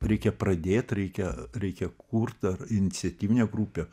reikia pradėt reikia reikia kurt ar iniciatyvinę grupę